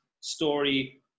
story